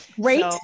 Great